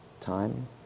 time